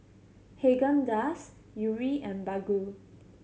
Haagen Dazs Yuri and Baggu